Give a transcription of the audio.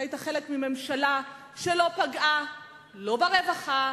היית חלק מממשלה שלא פגעה לא ברווחה